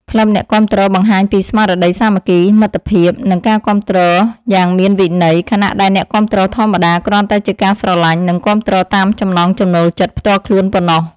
ក្លឹបអ្នកគាំទ្រ បង្ហាញពីស្មារតីសាមគ្គី មិត្តភាព និងការគាំទ្រយ៉ាងមានវិន័យ ខណៈដែលអ្នកគាំទ្រធម្មតា គ្រាន់តែជាការស្រឡាញ់ និងគាំទ្រតាមចំណង់ចំណូលចិត្តផ្ទាល់ខ្លួនប៉ុណ្ណោះ